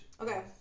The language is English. Okay